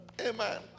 amen